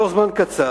בתוך זמן קצר